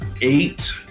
eight